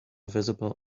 visible